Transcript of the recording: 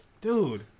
Dude